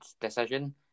decision